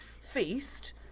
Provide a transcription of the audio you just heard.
feast